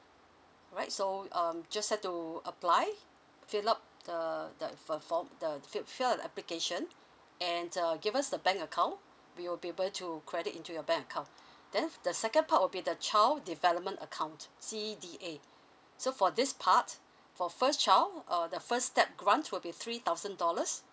all right so um just have to apply fill up the the f~ form the fill up fill up the application and err give us the bank account we will be able to credit into your bank account then the second part would be the child development account C_D_A so for this part for first child err the first step grant would be three thousand dollars